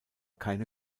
keine